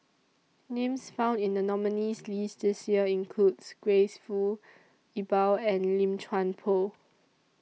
Names found in The nominees' list This Year includes Grace Fu Iqbal and Lim Chuan Poh